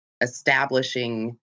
establishing